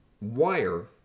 wire